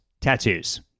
tattoos